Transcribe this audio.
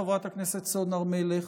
חברת הכנסת סון הר מלך,